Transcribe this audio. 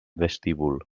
vestíbul